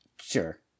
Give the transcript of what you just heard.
Sure